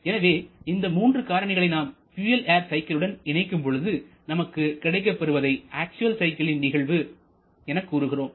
எனவே இந்த மூன்று காரணிகளை நாம் பியூயல் ஏர் சைக்கிளுடன் இணைக்கும் பொழுது நமக்கு கிடைக்கப் பெறுவதை ஆக்சுவல் சைக்கிளின் நிகழ்வு எனக் கூறுகிறோம்